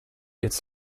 its